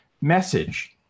message